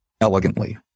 elegantly